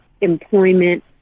employment